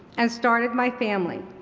and started my family.